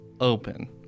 open